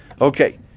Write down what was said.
Okay